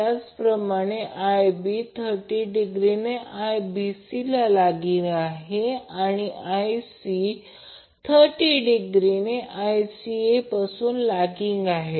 त्याचप्रमाणे Ib 30 डिग्रीने IBC lagging आहे आणि Ic 30 डिग्रीने ICAपासून लॅगिंग आहे